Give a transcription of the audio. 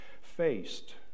faced